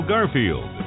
Garfield